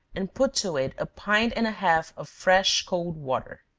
and put to it a pint and a half of fresh cold water.